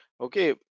okay